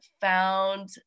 found